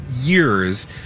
years